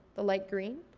the light green.